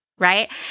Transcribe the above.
right